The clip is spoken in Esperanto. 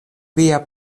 via